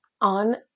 on